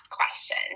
question